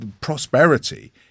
prosperity